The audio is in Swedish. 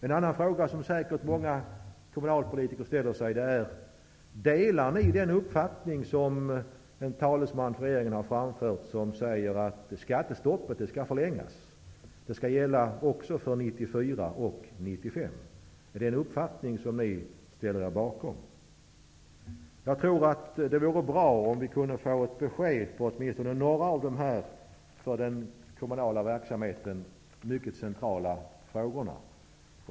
En annan fråga som säkert många kommunalpolitiker ställer sig är: Delar ni den uppfattning som en talesman för regeringen har framfört, nämligen att skattestoppet skall förlängas till att gälla också för 1994 och 1995? Är det en uppfattning som ni ställer er bakom? Det vore bra om vi kunde få ett besked i åtminstone några av dessa för den kommunala verksamheten mycket centrala frågorna.